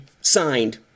signed